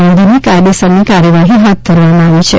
નોંધીને કાયદેસરની કાર્યવાહી હાથ ધરવામાં આવી છે